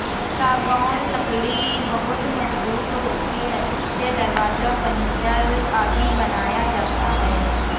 सागौन लकड़ी बहुत मजबूत होती है इससे दरवाजा, फर्नीचर आदि बनाया जाता है